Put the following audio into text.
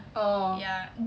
oh